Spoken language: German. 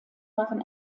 waren